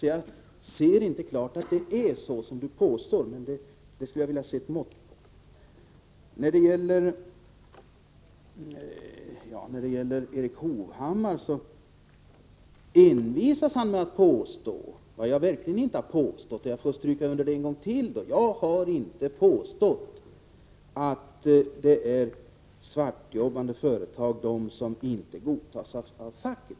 Så jag ser inte klart att det är så som Tage Sundkvist gör gällande, men detta skulle jag gärna vilja ha ett mått på. Erik Hovhammar envisas med att hävda att jag påstått någonting som jag verkligen inte påstått. Jag får då än en gång understryka att jag inte har påstått att det gäller svartjobbande företag som inte godtas av facket.